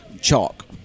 chalk